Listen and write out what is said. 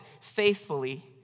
faithfully